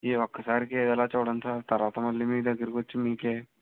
ఈ ఒక్కసారి ఏదోలా చూడండి సార్ తర్వాత మళ్ళీ మీ దగ్గరకి వచ్చి మీకు